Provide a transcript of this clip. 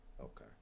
Okay